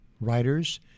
writers